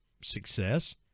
success